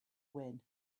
win